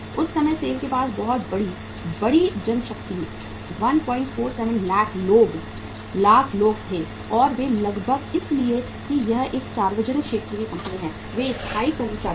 उस समय सेल के पास बहुत बड़ी बड़ी जनशक्ति 147 लाख लोग थे और वे लगभग इसलिए कि यह एक सार्वजनिक क्षेत्र की कंपनी है वे स्थायी कर्मचारी हैं